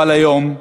אבל היום,